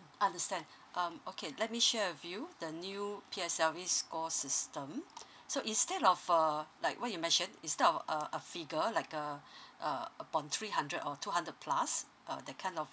mm understand um okay let me share with you the new P_S_L_E score system so instead of uh like what you mentioned instead of uh a figure like a uh upon three hundred or two hundred plus uh that kind of